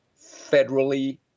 federally